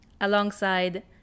alongside